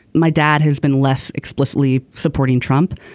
my dad has been less explicitly supporting trump.